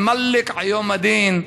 העולמים, הרחמן והרחום, המולךְ ביום הדין.)